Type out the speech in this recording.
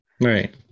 Right